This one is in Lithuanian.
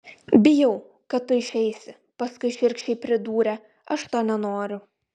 bijau kad tu išeisi paskui šiurkščiai pridūrė aš to nenoriu